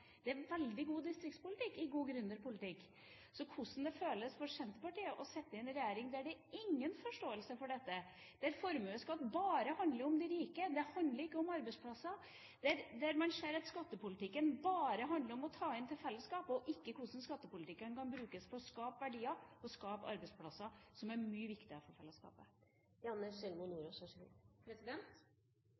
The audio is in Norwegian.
Det er veldig god distriktspolitikk i god gründerpolitikk. Så hvordan føles det for Senterpartiet å sitte i en regjering der det er ingen forståelse for dette, der formuesskatt bare handler om de rike – ikke om arbeidsplasser – der man ser at skattepolitikken bare handler om å ta inn til fellesskapet, og ikke om hvordan skattepolitikken kan brukes til å skape verdier og arbeidsplasser, som er mye viktigere for fellesskapet?